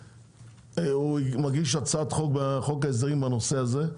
הוא מגיש הצעת חוק בחוק ההסדרים בנושא הזה,